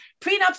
prenups